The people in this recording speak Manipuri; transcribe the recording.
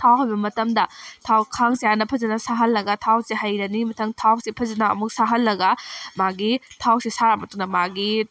ꯊꯥꯎ ꯍꯩꯕ ꯃꯇꯝꯗ ꯊꯥꯎ ꯈꯥꯡꯁꯦ ꯍꯥꯟꯅ ꯐꯖꯅ ꯁꯥꯍꯜꯂꯒ ꯊꯥꯎꯁꯦ ꯍꯩꯔꯅꯤ ꯃꯊꯪ ꯊꯥꯎꯁꯤ ꯐꯖꯅ ꯑꯃꯨꯛ ꯁꯥꯍꯜꯂꯒ ꯃꯥꯒꯤ ꯊꯥꯎꯁꯤ ꯁꯥꯔꯕ ꯃꯇꯨꯡꯗ ꯃꯥꯒꯤ